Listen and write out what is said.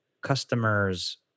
customers